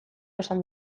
esan